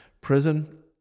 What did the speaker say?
prison